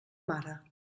mare